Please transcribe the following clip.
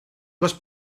les